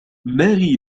ماري